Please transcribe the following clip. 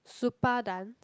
Supa Dance